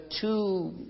two